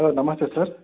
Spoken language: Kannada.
ಹಲೊ ನಮಸ್ತೆ ಸರ್